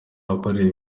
akorera